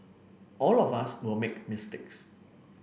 all of us will make mistakes